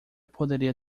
poderia